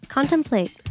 Contemplate